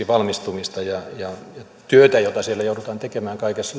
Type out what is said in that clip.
valmistumista ja työtä jota siellä joudutaan tekemään kaikessa